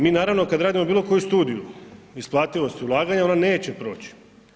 Mi naravno, kad radimo bilo koju studiju isplativosti ulaganja, ona neće proći.